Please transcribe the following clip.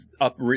up